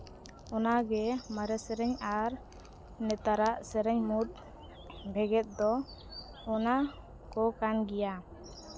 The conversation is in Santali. ᱚᱱᱟᱜᱮ ᱢᱟᱨᱮ ᱥᱮᱨᱮᱧ ᱟᱨ ᱱᱮᱛᱟᱨᱟᱜ ᱥᱮᱨᱮᱧ ᱢᱩᱫᱽ ᱵᱷᱮᱜᱮᱫ ᱫᱚ ᱚᱱᱟ ᱠᱚ ᱠᱟᱱ ᱜᱮᱭᱟ